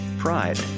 Pride